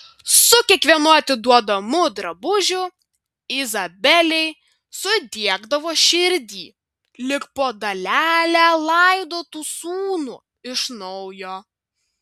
su kiekvienu atiduodamu drabužiu izabelei sudiegdavo širdį lyg po dalelę laidotų sūnų iš naujo